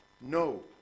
No